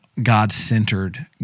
God-centered